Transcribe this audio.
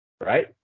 right